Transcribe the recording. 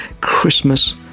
Christmas